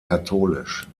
katholisch